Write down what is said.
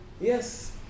Yes